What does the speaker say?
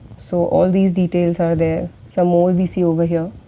so, all these details are there. some more, we we see over here.